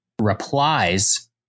replies